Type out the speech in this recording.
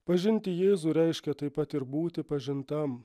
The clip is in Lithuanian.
pažinti jėzų reiškia taip pat ir būti pažintam